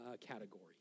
category